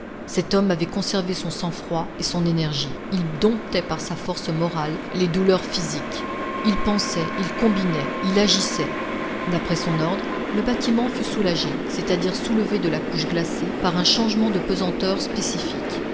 cet homme avait conservé son sang-froid et son énergie il domptait par sa force morale les douleurs physiques il pensait il combinait il agissait d'après son ordre le bâtiment fut soulagé c'est-à-dire soulevé de la couche glacée par un changement de pesanteur spécifique